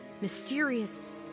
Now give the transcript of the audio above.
mysterious